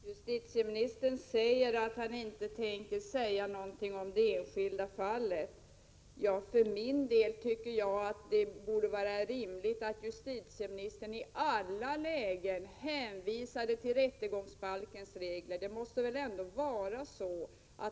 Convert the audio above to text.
Herr talman! Justitieministern säger att han inte tänker uttala sig om det enskilda fallet. Jag tycker för min del att det borde vara rimligt att justitieministern i alla lägen hänvisade till rättegångsbalkens regler.